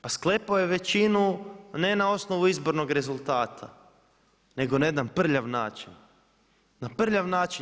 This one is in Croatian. Pa sklepao je većinu ne na osnovu izbornog rezultata nego na jedan prljav način, na prljav način.